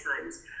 times